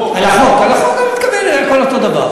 ר' משה, זה לא שהם מוותרים על החלטת הממשלה,